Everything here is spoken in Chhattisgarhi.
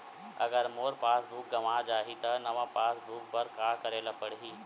अगर मोर पास बुक गवां जाहि त नवा पास बुक बर का करे ल पड़हि?